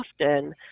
often